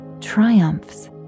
triumphs